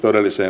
kiitos